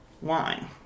wine